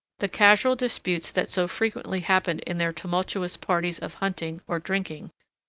the casual disputes that so frequently happened in their tumultuous parties of hunting or drinking,